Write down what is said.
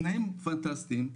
תנאים פנטסטיים.